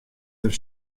der